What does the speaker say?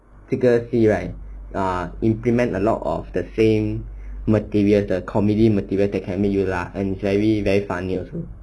这个戏 right uh implement a lot of the same material the comedy materials that can make you laugh and is very very funny also